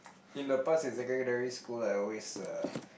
in the past in secondary school I always uh